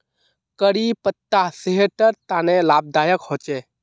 करी पत्ता सेहटर तने लाभदायक होचे